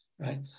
Right